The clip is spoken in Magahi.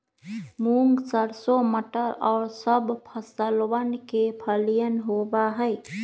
मूंग, सरसों, मटर और सब फसलवन के फलियन होबा हई